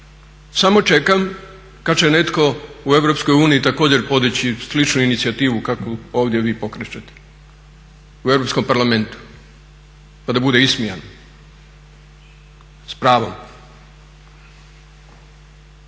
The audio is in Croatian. Samo čekam kad će netko u EU također podići sličnu inicijativu kakvu ovdje vi pokrećete u Europskom parlamentu, pa da bude ismijan s pravom.